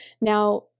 now